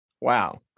Wow